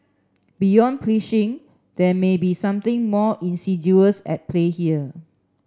beyond phishing there may be something more insidious at play here